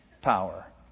power